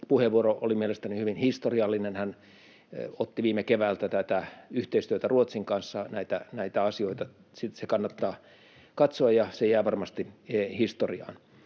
puheenvuoro oli mielestäni hyvin historiallinen. Hän otti esiin viime keväältä tätä yhteistyötä Ruotsin kanssa, näitä asioita. Se kannattaa katsoa, ja se jää varmasti historiaan.